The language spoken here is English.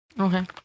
Okay